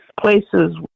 places